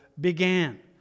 began